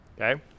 okay